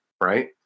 right